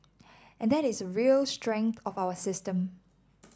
and that is a real strength of our system